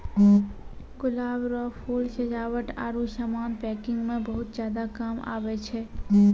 गुलाब रो फूल सजावट आरु समान पैकिंग मे बहुत ज्यादा काम आबै छै